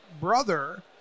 brother